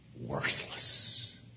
worthless